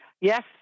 Yes